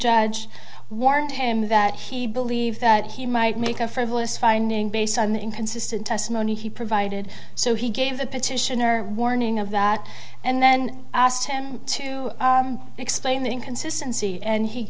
judge warned him that he believed that he might make a frivolous finding based on the inconsistent testimony he provided so he gave the petitioner warning of that and then asked him to explain the inconsistency and he